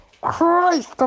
christ